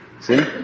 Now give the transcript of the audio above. See